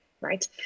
right